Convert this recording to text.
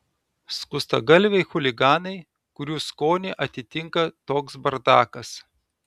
skustagalviai chuliganai kurių skonį atitinka toks bardakas